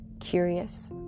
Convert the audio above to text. curious